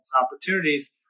opportunities